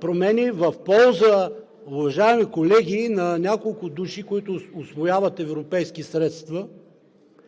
промени в полза, уважаеми колеги, на няколко души, които усвояват европейски средства,